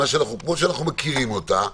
כמו שאנחנו מכירים אותה,